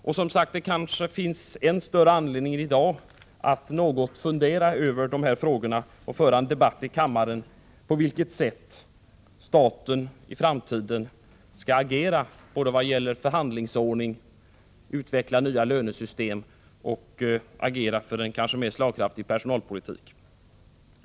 Det finns alltså kanske i dag än större anledning att något fundera över dessa frågor och föra en debatt i kammaren om på vilket sätt staten i framtiden skall agera vad gäller både förhandlingsordning, att utveckla nya lönesystem och att agera för en mer slagkraftig personalpolitik.